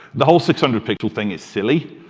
the whole six hundred pixel thing is silly.